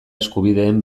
eskubideen